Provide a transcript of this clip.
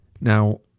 Now